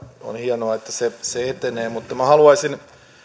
on hienoa että se etenee mutta minä haluaisin